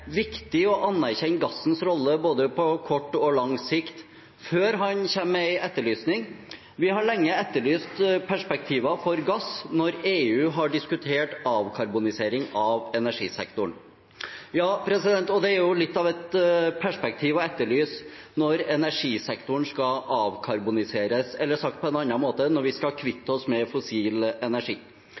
å anerkjenne gassens rolle både på kort og lang sikt», før han kom med en etterlysning: «Vi har lenge etterlyst perspektiver for gass når EU har diskutert avkarbonisering av energisektoren.» Ja, det er jo litt av et perspektiv å etterlyse når energisektoren skal avkarboniseres, eller – sagt på en annen måte – når vi skal kvitte oss med fossil energi.